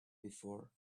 before